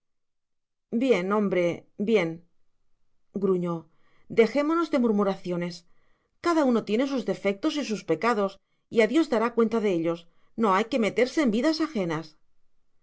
bien hombre bien gruñó dejémonos de murmuraciones cada uno tiene sus defectos y sus pecados y a dios dará cuenta de ellos no hay que meterse en vidas ajenas